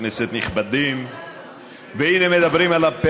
אנחנו עוברים להצעת חוק ביטוח בריאות ממלכתי (תיקון,